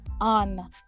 on